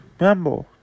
remember